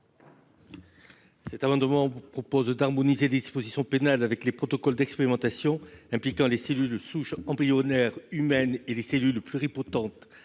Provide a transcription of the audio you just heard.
amendement vise à harmoniser les dispositions pénales avec les protocoles d'expérimentation impliquant les cellules souches embryonnaires humaines et les cellules pluripotentes